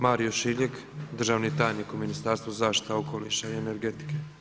Mario Šiljeg, državni tajnik u Ministarstvu zaštite okoliša i energetike.